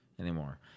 anymore